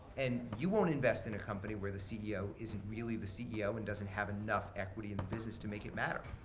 and you won't invest in a company where the ceo isn't really the ceo and doesn't have enough equity in the business to make it matter,